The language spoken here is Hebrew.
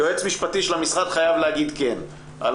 היועץ המשפטי של המשרד חייב להגיד כן על